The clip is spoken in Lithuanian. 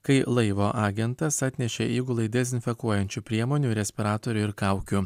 kai laivo agentas atnešė įgulai dezinfekuojančių priemonių respiratorių ir kaukių